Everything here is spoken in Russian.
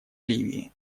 ливии